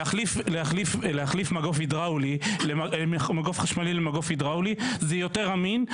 להחליף מגוף חשמלי למגוף הידראולי זה יותר אמין,